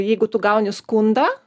jeigu tu gauni skundą